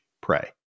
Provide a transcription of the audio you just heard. pray